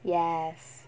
yes